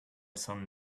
son